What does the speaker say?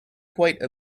quite